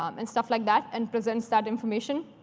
um and stuff like that and presents that information.